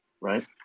right